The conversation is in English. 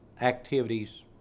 activities